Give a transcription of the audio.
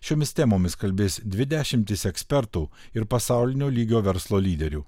šiomis temomis kalbės dvi dešimtys ekspertų ir pasaulinio lygio verslo lyderių